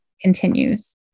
continues